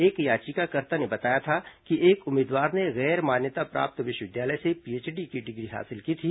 एक याचिकाकर्ता ने बताया था कि एक उम्मीदवार ने गैर मान्यता प्राप्त विश्वविद्यालय से पीएचडी की डिग्री हासिल की थी